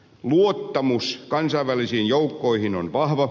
luottamus kansainvälisiin joukkoihin on vahva